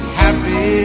happy